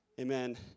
amen